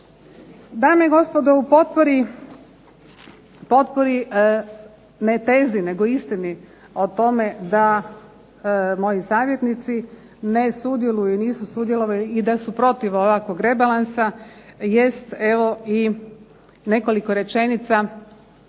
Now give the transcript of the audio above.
Dame i gospodo u potpori, ne tezi nego istini o tome da moji savjetnici ne sudjeluju, nisu sudjelovali i da su protiv ovakvog rebalansa, jest evo i nekoliko rečenica